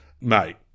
Mate